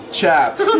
chaps